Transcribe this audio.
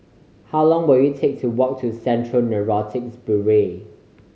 how long will it take to walk to Central Narcotics Bureau